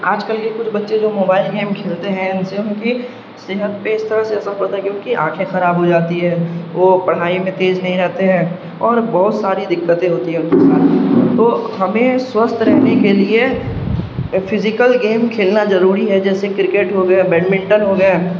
آج کل کے کچھ بچے جو موبائل گیم کھیلتے ہیں ان سے ان کی صحت پہ اس طرح سے اثر پڑتا ہے کہ ان کی آنکھیں خراب ہو جاتی ہے وہ پڑھائی میں تیز نہیں رہتے ہیں اور بہت ساری دقتیں ہوتی ہیں ان کے ساتھ تو ہمیں سوستھ رہنے کے لیے فزیکل گیم کھیلنا ضروری ہے جیسے کرکٹ ہو گئے بیڈمنٹن ہو گئے